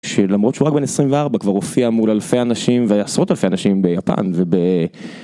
שלמרות שהוא רק בין 24 כבר הופיע מול אלפי אנשים ועשרות אלפי אנשים ביפן וב...